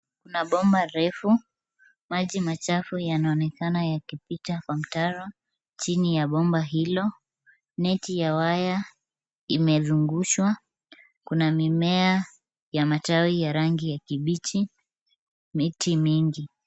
Kuna bomba refu, maji machafu yanaonekana yakipita kwa mtaro, chini ya bomba hilo. Neti ya waya imezungushwa, kuna mimea ya matawi ya rangi ya kibichi na miti mingi.